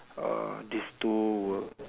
uh this two will